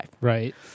right